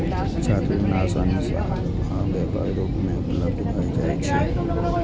छात्र ऋण आसानी सं आ व्यापक रूप मे उपलब्ध भए जाइ छै